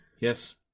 Yes